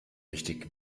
richtig